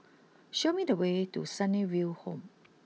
show me the way to Sunnyville Home